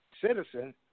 citizen